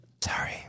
sorry